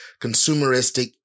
consumeristic